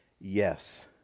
yes